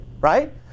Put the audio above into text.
right